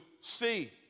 see